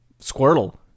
Squirtle